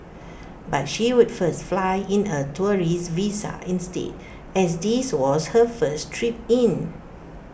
but she would first fly in A tourist visa instead as this was her first trip in